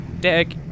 Deck